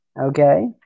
Okay